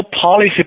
policy